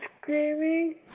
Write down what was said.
screaming